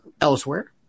elsewhere